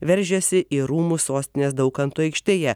veržiasi į rūmus sostinės daukanto aikštėje